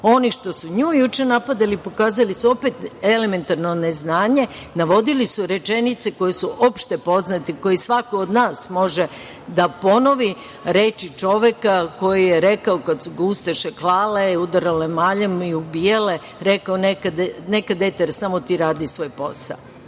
Oni što su nju juče napadali pokazali su opet elementarno neznanje, navodili su rečenice koje su opštepoznate, koje svako od nas može da ponovi, reči čoveka koji je rekao kada su ga ustaše klale, udarale maljem i ubijale: „Neka, dete, samo ti radi svoj posao“.